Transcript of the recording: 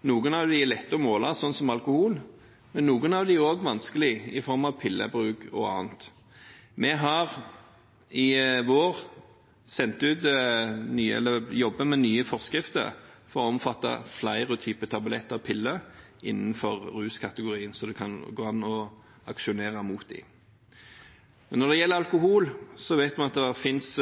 Noen av dem er lette å måle, som alkohol, men noen av dem er også vanskelige å måle, som pillebruk og annet. Vi har i vår jobbet med nye forskrifter som skal omfatte flere typer tabletter og piller innenfor ruskategorien, så det kan gå an å aksjonere mot dem. Når det gjelder alkohol, vet vi at det finnes